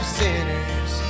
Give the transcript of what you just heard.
sinners